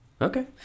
Okay